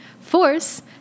Force